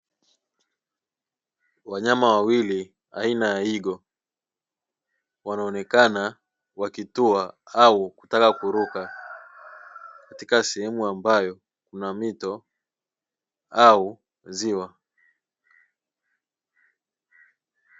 Wanyama wawili aina ya Igo wanaonekana wakitua au kutaka kuruka katika sehemu ambayo kuna mito au ziwa.